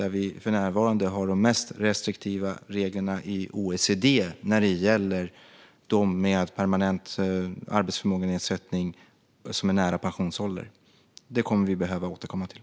Vi har för närvarande de mest restriktiva reglerna i OECD när det gäller dem med permanent arbetsförmågenedsättning som är nära pensionsålder. Det kommer vi att behöva återkomma till.